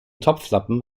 topflappen